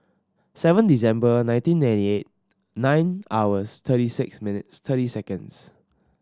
seven December nineteen eighty eight nine hours thirty six minutes thirty seconds